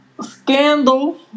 scandal